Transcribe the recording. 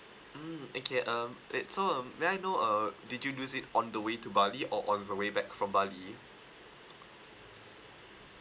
mm okay um it's so um may I know uh did you use it on the way to bali or on the way back from bali